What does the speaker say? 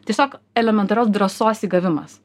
tiesiog elementarios drąsos įgavimas